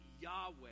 Yahweh